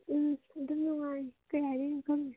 ꯎꯝ ꯑꯗꯨꯝ ꯅꯨꯡꯉꯥꯏꯔꯤ ꯀꯔꯤ ꯍꯥꯏꯗꯣꯏꯅꯣ ꯈꯪꯗꯦ